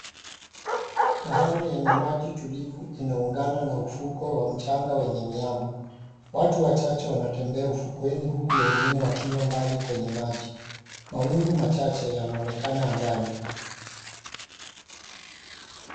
Bahari yenye maji tulivu inaungana na ufukwe wa mchanga wenye miamba. Watu wachache wanatembea ufukweni huku wengine wakiwa mbali kwenye maji. Mawingu machache yanaonekana angani.